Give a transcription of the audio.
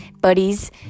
buddies